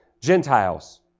Gentiles